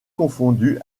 confondu